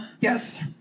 Yes